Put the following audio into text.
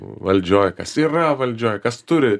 valdžioj kas yra valdžioj kas turi